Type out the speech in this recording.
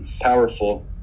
powerful